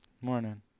morning